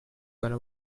going